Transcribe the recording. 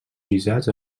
guisats